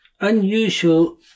unusual